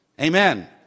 amen